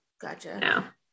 Gotcha